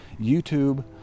YouTube